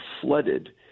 flooded